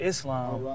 Islam